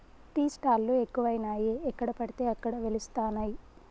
tea stall లు ఎక్కువయినాయి ఎక్కడ పడితే అక్కడ వెలుస్తానయ్